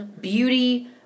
beauty